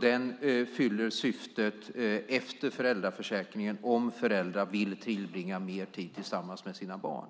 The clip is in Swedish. Den fyller ett syfte efter föräldraförsäkringen om föräldrar vill tillbringa mer tid tillsammans med sina barn.